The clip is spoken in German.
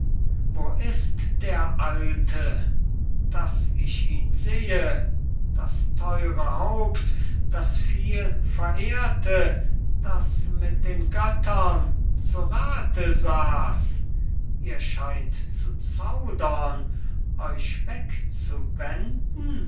wo ist der alte daß ich ihn sehe das theure haupt das vielverehrte das mit den göttern zu rathe saß ihr scheint zu zaudern euch